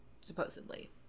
supposedly